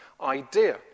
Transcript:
idea